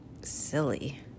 silly